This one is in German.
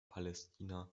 palästina